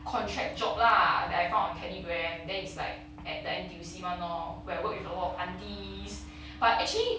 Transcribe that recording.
contract job lah that I found on telegram then it's like at the N_T_U_C [one] lor where work with a lot of aunties but actually